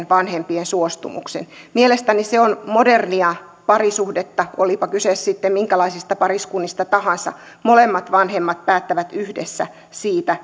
vanhempien suostumuksen mielestäni se on modernia parisuhdetta olipa kyse sitten minkälaisista pariskunnista tahansa molemmat vanhemmat päättävät yhdessä siitä